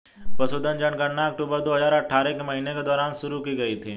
पशुधन जनगणना अक्टूबर दो हजार अठारह के महीने के दौरान शुरू की गई थी